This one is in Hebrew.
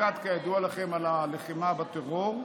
המופקד כידוע לכם על הלחימה בטרור,